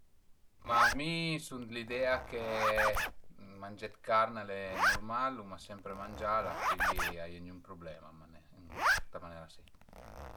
Ma mi sun dë l'idea che mangé d'carn al e nurmal, l'uma sempre mangiala, cuindi a ie gnün prublema ën sta manera si